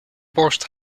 borst